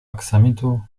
aksamitu